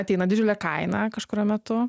ateina didžiulė kaina kažkuriuo metu